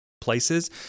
places